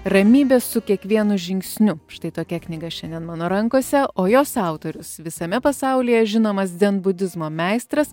ramybė su kiekvienu žingsniu štai tokia knyga šiandien mano rankose o jos autorius visame pasaulyje žinomas dzenbudizmo meistras